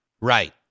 Right